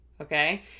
Okay